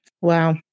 Wow